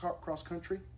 cross-country